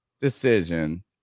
decision